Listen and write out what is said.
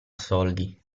soldi